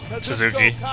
Suzuki